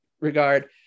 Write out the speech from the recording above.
regard